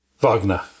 Wagner